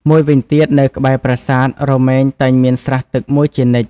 មួយវិញទៀត នៅក្បែរប្រាសាទរមែងតែងមានស្រះទឹកមួយជានិច្ច។